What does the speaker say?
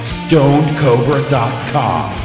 stonedcobra.com